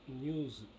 news